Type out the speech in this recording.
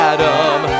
Adam